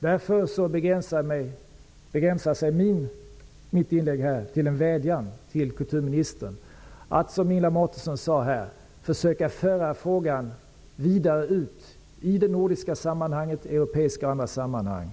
Därför begränsar sig mitt inlägg till en vädjan till kulturministern att, som Ingela Mårtensson sade, försöka föra frågan vidare ut i det nordiska sammanhanget, i europeiska och andra sammanhang,